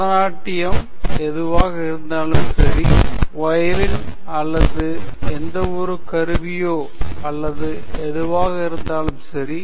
பரதநாட்டியம் எதுவாக இருந்தாலும் சரி வயலின் அல்லது எந்தவொரு கருவியோ அல்லது எதுவாக இருந்தாலும் சரி